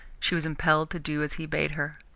she was impelled to do as he bade her.